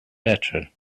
better